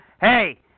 Hey